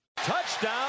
Touchdown